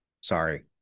Sorry